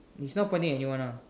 it's not pointing at anyone ah